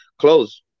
close